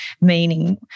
meaning